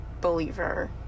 believer